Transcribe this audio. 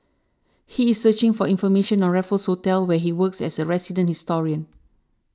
he is searching for information on Raffles Hotel where he works as a resident historian